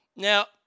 Now